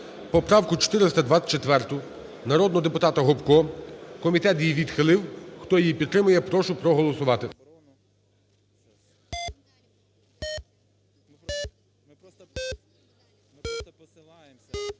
поправку 424 народного депутата Гопко. Комітет її відхилив. Хто її підтримує, прошу проголосувати.